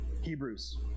Hebrews